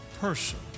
person